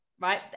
right